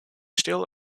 still